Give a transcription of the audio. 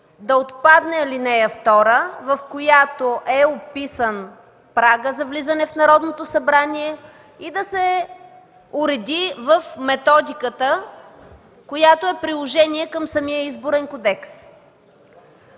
да отпадне ал. 2, в която е описан прагът за влизане в Народното събрание и да се уреди в методиката, която е приложение към самия Изборен кодекс.